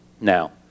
Now